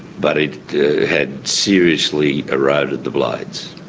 but it had seriously eroded the blades.